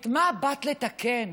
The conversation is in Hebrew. את מה באת לתקן?